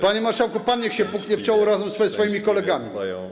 Panie marszałku, pan niech się puknie w czoło razem ze swoimi kolegami.